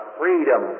freedom